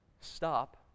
stop